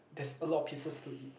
there's a lot of pieces to eat